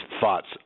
thoughts